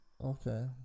Okay